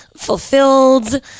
fulfilled